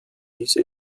diese